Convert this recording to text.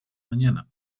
mañana